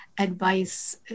advice